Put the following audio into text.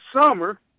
summer